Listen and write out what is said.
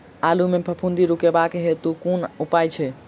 आलु मे फफूंदी रुकबाक हेतु कुन उपाय छै?